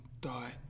die